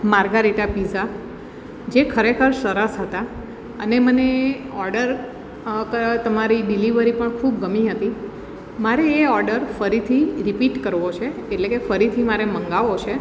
margherita pizza જે ખરેખર સરસ હતા અને મને ઓર્ડર તમારી ડિલિવરી પણ ખૂબ ગમી હતી મારે એ ઓર્ડર ફરીથી રિપીટ કરવો છે એટલે કે ફરીથી મારે મગાવવો છે